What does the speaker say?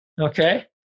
okay